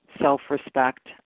self-respect